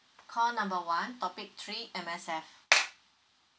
call number one topic three M_S_F